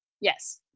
Yes